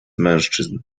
mężczyzn